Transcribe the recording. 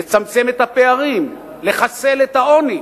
לצמצם את הפערים, לחסל את העוני,